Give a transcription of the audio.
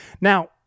Now